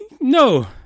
no